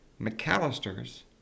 McAllister's